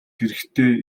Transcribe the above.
хэрэгтэй